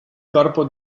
corpo